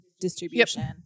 distribution